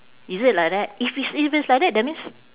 is it like that if it's if it's like that that means